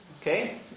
Okay